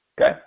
Okay